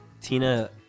tina